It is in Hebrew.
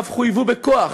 ואף חויבו בכוח,